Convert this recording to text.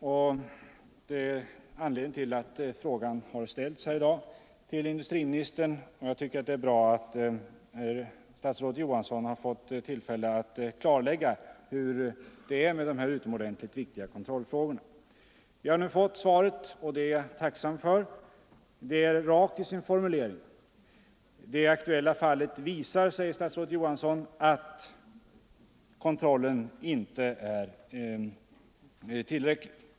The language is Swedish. Det är också anledningen till att jag ställt min fråga till industriministern, och jag tycker att det är bra att statsrådet Johansson fått tillfälle att klarlägga hur det förhåller sig med dessa utomordentligt viktiga kontrollfrågor. Vi har nu fått svar, och det är jag tacksam för. Det är rakt i sin formulering. Statsrådet Johansson säger att det aktuella fallet visar att kontrollen inte är tillräcklig.